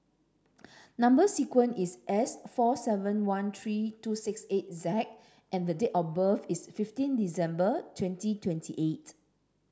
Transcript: number sequence is S four seven one three two six eight Z and the date of birth is fifteen December twenty twenty eight